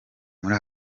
muri